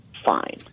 fine